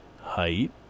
height